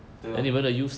对 lor